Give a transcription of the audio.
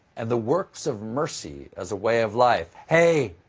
and the works of mercy as a way of life. hey,